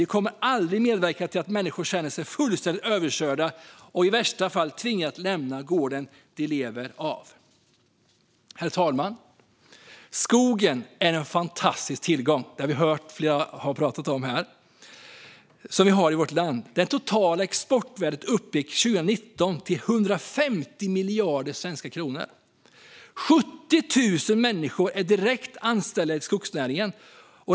Vi kommer aldrig att medverka till att människor känner sig fullständigt överkörda och i värsta fall tvingade att lämna gården de lever av. Herr talman! Skogen är en fantastisk tillgång för vårt land. Det har flera pratat om här. Det totala exportvärdet uppgick 2019 till 150 miljarder svenska kronor. Det är 70 000 människor som är direkt anställda i skogsnäringen.